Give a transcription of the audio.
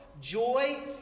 joy